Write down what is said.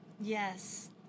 Yes